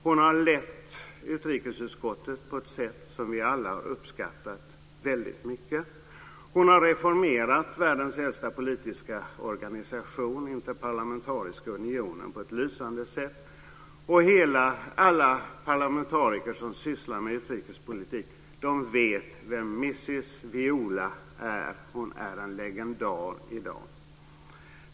Hon har lett utrikesutskottet på ett sätt som vi alla uppskattat väldigt mycket. Hon har reformerat världens äldsta politiska organisation, Interparlamentariska unionen, på ett lysande sätt. Och alla parlamentariker som sysslar med utrikespolitik vet vem Mrs. Viola är. Hon är en legendar i dag.